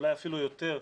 אולי אפילו יותר,